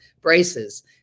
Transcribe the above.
braces